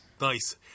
Nice